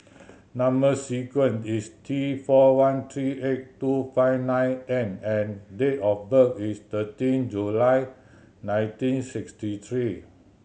number sequence is T four one three eight two five nine N and date of birth is thirteen July nineteen sixty three